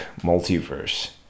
multiverse